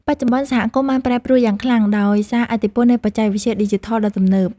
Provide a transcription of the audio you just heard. បច្ចុប្បន្ន សហគមន៍បានប្រែប្រួលយ៉ាងខ្លាំងដោយសារឥទ្ធិពលនៃបច្ចេកវិទ្យាឌីជីថលដ៏ទំនើប។